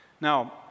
now